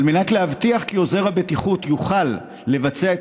על מנת להבטיח כי עוזר הבטיחות יוכל לבצע את